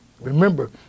Remember